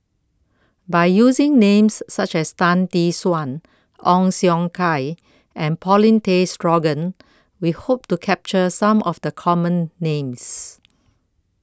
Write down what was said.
By using Names such as Tan Tee Suan Ong Siong Kai and Paulin Tay Straughan We Hope to capture Some of The Common Names